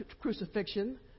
crucifixion